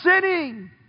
sinning